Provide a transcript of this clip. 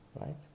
right